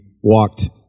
walked